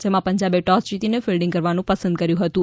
જેમાં પંજાબે ટોસ જીતીને ફિલ્ડીંગ કરવાનુ પસંદ કર્યુ હતુ